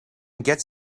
gets